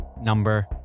number